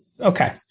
Okay